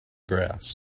grass